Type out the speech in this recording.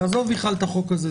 תעזוב את החלת החוק הזה,